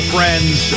Friends